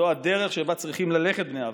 זו הדרך שבה צריכים ללכת בני אברהם: